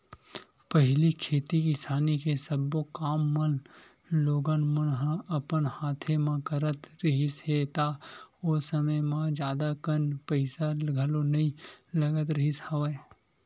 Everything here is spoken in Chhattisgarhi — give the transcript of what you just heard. पहिली खेती किसानी के सब्बो काम मन लोगन मन ह अपन हाथे म करत रिहिस हे ता ओ समे म जादा कन पइसा घलो नइ लगत रिहिस हवय